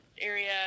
area